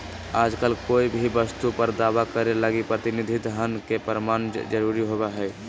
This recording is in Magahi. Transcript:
आजकल कोय भी वस्तु पर दावा करे लगी प्रतिनिधि धन के प्रमाण जरूरी होवो हय